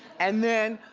and then,